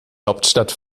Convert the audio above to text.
hauptstadt